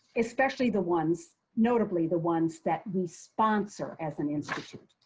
especially the ones, notably the ones that we sponsor as an institute.